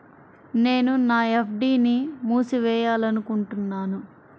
నేను నా ఎఫ్.డీ ని మూసివేయాలనుకుంటున్నాను